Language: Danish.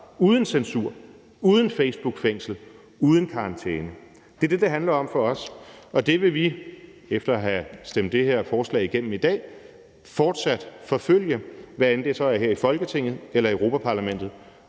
uden censur, uden facebookfængsel, uden karantæne. Det er det, det handler om for os, og det vil vi efter at have stemt det her forslag igennem i dag, fortsat forfølge, hvad end det så er her i Folketinget eller i Europa-Parlamentet.